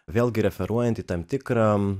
vėlgi referuojant į tam tikrą